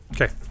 Okay